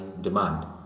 demand